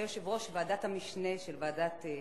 יושב-ראש ועדת המשנה של ועדת העבודה,